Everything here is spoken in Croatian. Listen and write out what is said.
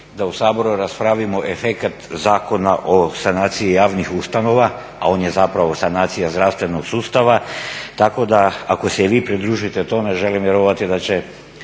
da u Saboru raspravimo efekat Zakona o sanaciji javnih ustanova, a on je zapravo sanacija zdravstvenog sustava. Tako da ako se i vi pridružite tome želim vjerovati da će